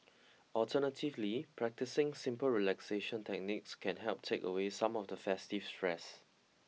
alternatively practising simple relaxation techniques can help take away some of the festive stress